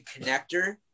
connector